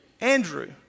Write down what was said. Andrew